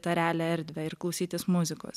tą realią erdvę ir klausytis muzikos